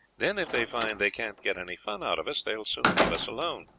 then if they find they can't get any fun out of us they will soon leave us alone.